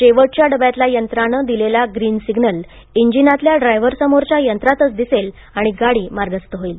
शेवटच्या डब्यातल्या यंत्राने दिलेला ग्रीन सिग्नल इंजिनातील ड्रायव्हरसमोरच्या यंत्रातच दिसेल आणि गाडी मार्गस्थ होईल